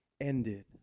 ended